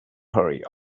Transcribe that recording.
hurry